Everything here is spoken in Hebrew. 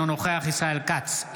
אינו נוכח ישראל כץ,